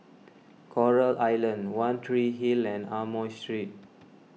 Coral Island one Tree Hill and Amoy Street